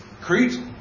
Crete